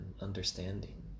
understanding